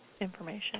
information